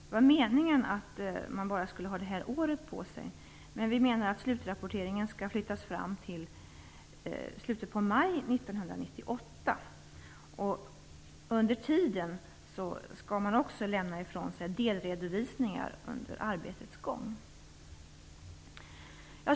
Det var meningen att den bara skulle ha detta år på sig. Men vi menar att slutrapporteringen skall flyttas fram till slutet på maj 1998. Under tiden skall den också lämna ifrån sig delredovisningar under arbetets gång.